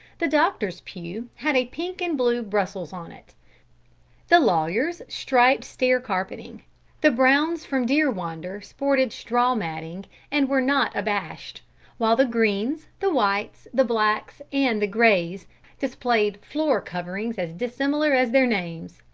the doctor's pew had a pink and blue brussels on it the lawyer's, striped stair-carpeting the browns from deerwander sported straw matting and were not abashed while the greens, the whites, the blacks and the greys displayed floor coverings as dissimilar as their names.